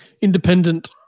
independent